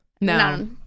No